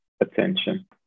attention